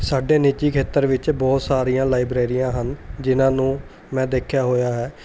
ਸਾਡੇ ਨਿੱਜੀ ਖੇਤਰ ਵਿੱਚ ਬਹੁਤ ਸਾਰੀਆਂ ਲਾਈਬ੍ਰੇਰੀਆਂ ਹਨ ਜਿਨਾਂ ਨੂੰ ਮੈਂ ਦੇਖਿਆ ਹੋਇਆ ਹੈ